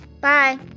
Bye